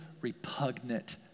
repugnant